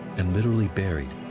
and literally buried,